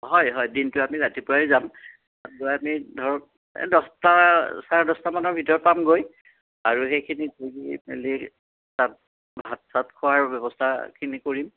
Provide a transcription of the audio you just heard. হয় হয় দিনটো আমি ৰাতিপুৱাই যাম তাত গৈ আমি ধৰক দহটা চাৰে দহটা মানৰ ভিতৰত পামগৈ আৰু সেইখিনি ধৰি মেলি তাত ভাত চাত খোৱাৰ ব্যৱস্থাখিনি কৰিম